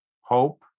hope